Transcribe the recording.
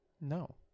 No